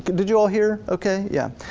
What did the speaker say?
did you all hear okay? yeah